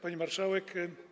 Pani Marszałek!